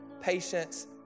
patience